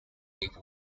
gave